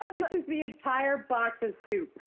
ah this is the entire batch of soup.